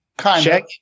Check